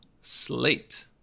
Slate